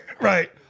Right